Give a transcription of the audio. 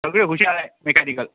सगळे हुशार आहे मेकॅनिकल